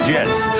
Jets